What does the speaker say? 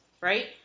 right